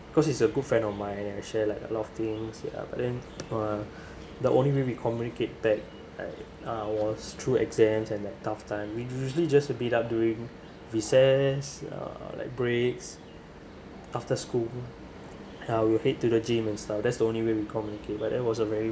because he's a good friend of mine and I share like a lot of things ya but then uh the only way we communicate then like uh was through exams and like tough time we usually just to meet up during recess uh like breaks after school I will head to the gym and stuff that's the only way we communicate but that was a very